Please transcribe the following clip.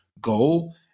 goal